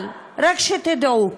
אבל רק שתדעו,